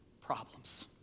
problems